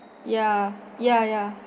ya ya ya